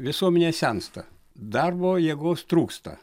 visuomenė sensta darbo jėgos trūksta